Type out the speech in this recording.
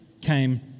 came